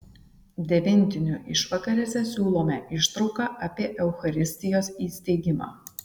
devintinių išvakarėse siūlome ištrauką apie eucharistijos įsteigimą